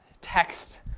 text